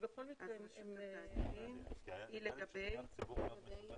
במקור הוא היה במארס ועבר ליוני.